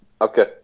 Okay